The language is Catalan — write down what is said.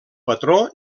patró